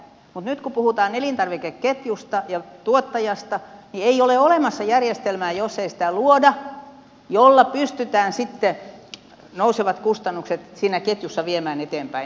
mutta nyt kun puhutaan elintarvikeketjusta ja tuottajasta niin ei ole olemassa järjestelmää jos ei sitä luoda jolla pystytään nousevat kustannukset siinä ketjussa viemään eteenpäin